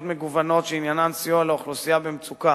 מגוונות שעניינן סיוע לאוכלוסייה במצוקה.